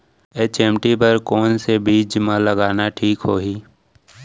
HMT बर कौन से बीज मा लगाना ठीक होही?